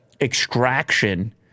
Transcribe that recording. extraction